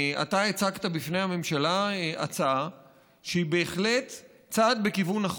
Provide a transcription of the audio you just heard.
אתה הצגת בפני הממשלה הצעה שהיא בהחלט צעד בכיוון נכון.